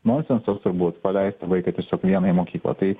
nonsensas turbūt paleisti vaiką tiesiog vieną į mokyklą tai